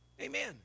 Amen